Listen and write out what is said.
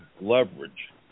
leverage